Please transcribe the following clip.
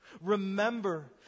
Remember